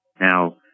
Now